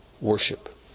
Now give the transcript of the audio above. worship